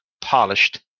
polished